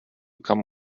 come